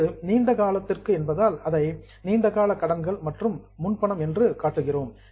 இது நீண்ட காலத்திற்கு என்பதால் அதை long term loans and advance நீண்ட கால கடன்கள் மற்றும் முன்பணம் என்று காட்டுகிறோம்